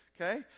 okay